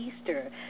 Easter